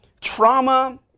trauma